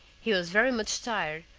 he was very much tired,